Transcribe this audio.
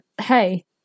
hey